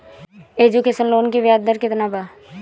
Education loan की ब्याज दर केतना बा?